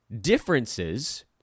differences